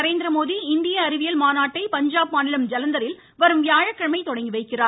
நரேந்திரமோடி இந்திய அறிவியல் மாநாட்டை பஞ்சாப் மாநிலம் ஜலந்தரில் வரும் வியாழக்கிழமை தொடங்கிவைக்கிறார்